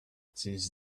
since